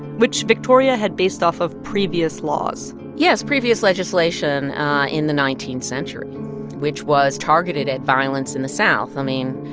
which victoria had based off of previous laws yes, previous legislation in the nineteenth century which was targeted at violence in the south. i mean,